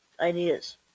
ideas